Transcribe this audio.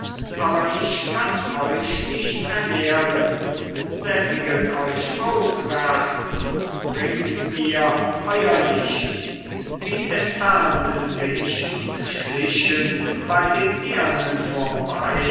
aber ich kann euch nicht ernähren sättiget euch auswärts und bringt mir euer licht sie entfernten sich und schlichen bei dem ehernen vorbei